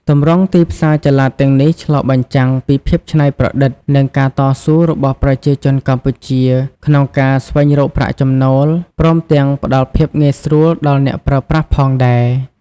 ទម្រង់ទីផ្សារចល័តទាំងនេះឆ្លុះបញ្ចាំងពីភាពច្នៃប្រឌិត និងការតស៊ូរបស់ប្រជាជនកម្ពុជាក្នុងការស្វែងរកប្រាក់ចំណូល ព្រមទាំងផ្តល់ភាពងាយស្រួលដល់អ្នកប្រើប្រាស់ផងដែរ។